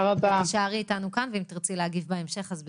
תישארי איתנו כאן, ואם תרצי להגיב בהמשך אז בשמחה.